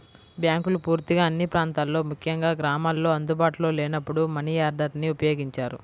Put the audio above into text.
బ్యాంకులు పూర్తిగా అన్ని ప్రాంతాల్లో ముఖ్యంగా గ్రామాల్లో అందుబాటులో లేనప్పుడు మనియార్డర్ని ఉపయోగించారు